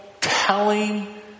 telling